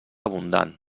abundant